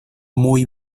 muy